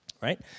right